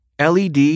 LED